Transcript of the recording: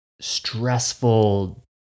stressful